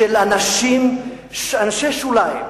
של אנשי שוליים,